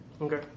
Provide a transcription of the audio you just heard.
Okay